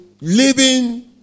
living